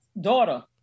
daughter